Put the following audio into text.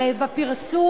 בפרסום,